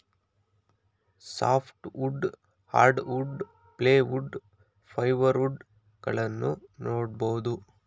soft wood, hardwood, plywood, fibre wood ಗಳನ್ನೂ ನೋಡ್ಬೋದು